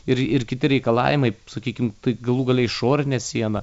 ir ir kiti reikalavimai sakykim tai galų gale išorinė siena